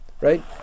right